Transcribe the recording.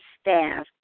staff